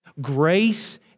grace